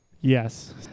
Yes